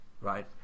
right